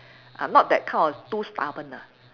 ah not that kind of too stubborn ah